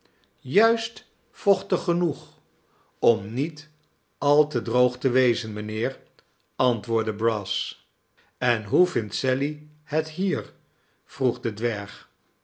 juist vochtig genoeg om niet al te droog te wezen mijnheer antwoordde brass en hoe vindt sally het hier vroeg de dwerg